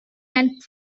and